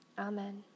Amen